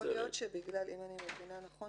אם אני מבינה נכון